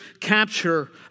capture